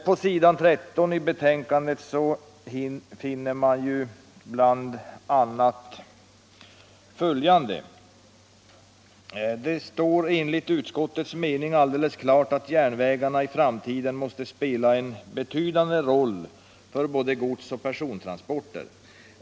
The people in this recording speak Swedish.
På s. 13 i betänkandet finner man bl.a. följande: | ”Det står enligt utskottets mening alldeles klart att järnvägarna i framtiden måste spela en betydande roll för både gods och persontransporter.